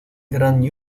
grand